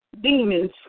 Demons